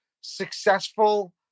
successful